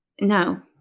no